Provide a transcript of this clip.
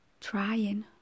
trying